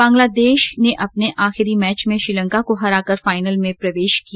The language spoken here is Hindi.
बांगलादेश ने अपने आखिरी मैच में श्रीलंका को हराकर फाइनल में प्रवेश किया